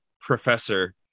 Professor